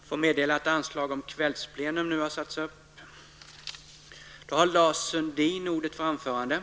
Jag får meddela att anslag nu har satts upp om att detta sammanträde skall fortsätta efter kl. 19.00.